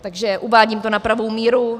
Takže uvádím to na pravou míru.